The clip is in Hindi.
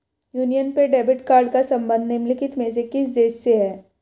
यूनियन पे डेबिट कार्ड का संबंध निम्नलिखित में से किस देश से है?